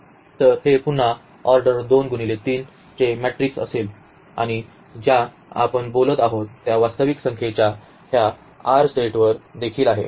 तर हे पुन्हा ऑर्डर 2×3 चे मॅट्रिक्स असेल आणि ज्या आपण बोलत आहोत त्या वास्तविक संख्येच्या ह्या R सेटवर देखील आहे